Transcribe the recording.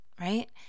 right